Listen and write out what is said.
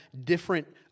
different